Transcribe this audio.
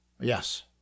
Yes